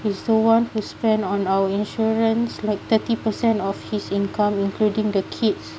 is the one who spend on our insurance like thirty per cent of his income including the kids